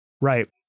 right